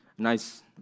nice